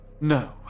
No